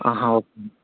ఆహా ఓకే అండి